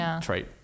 trait